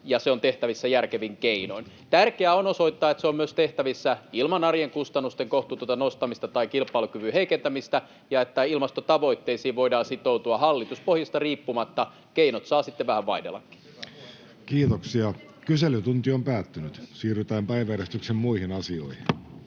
ja se on tehtävissä järkevin keinoin. Tärkeää on osoittaa, että se on myös tehtävissä ilman arjen kustannusten kohtuutonta nostamista tai kilpailukyvyn heikentämistä ja että ilmastotavoitteisiin voidaan sitoutua hallituspohjasta riippumatta — keinot saavat sitten vähän vaihdellakin. [Mika Kari: Hyvä puheenvuoro ministeriltä!]